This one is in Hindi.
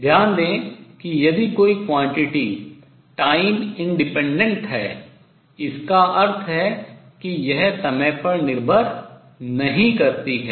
ध्यान दें कि यदि कोई quantity राशि time independent समय स्वतंत्र है इसका अर्थ है कि यह समय पर निर्भर नहीं करती है